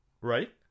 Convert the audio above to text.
right